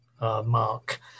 mark